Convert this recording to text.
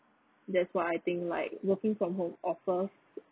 that's why I think like working from home offer